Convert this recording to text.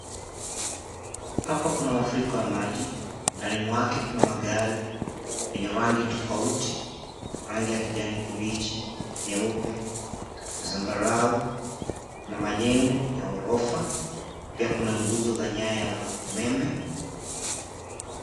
Hapa kuna mafuriko ya maji, ndani mwake kuna magari ya rangi tofauti: rangi ya kijani kibichi, nyeupe, zambarau na majego ya gorofa pia kuna nguzo za nyaya za umeme.